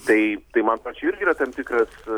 tai tai man pa čia irgi yra tam tikras